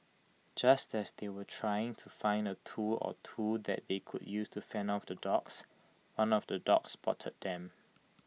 just as they were trying to find A tool or two that they could use to fend off the dogs one of the dogs spotted them